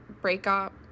breakup